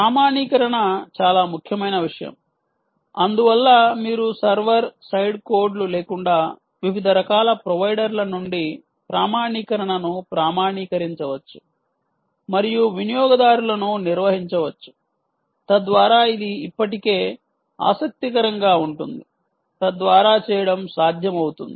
ప్రామాణీకరణ చాలా ముఖ్యమైన విషయం అందువల్ల మీరు సర్వర్ సైడ్ కోడ్లు లేకుండా వివిధ రకాల ప్రొవైడర్ల నుండి ప్రామాణీకరణను ప్రామాణీకరించవచ్చు మరియు వినియోగదారులను నిర్వహించవచ్చు తద్వారా ఇది ఇప్పటికే ఆసక్తికరంగా ఉంటుంది తద్వారా చేయడం సాధ్యము అవుతుంది